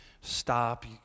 stop